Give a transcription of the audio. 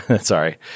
sorry